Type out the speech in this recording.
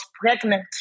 pregnant